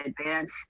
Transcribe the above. Advance